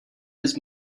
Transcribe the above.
his